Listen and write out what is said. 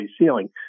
ceiling